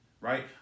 right